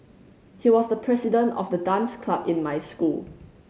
he was the president of the dance club in my school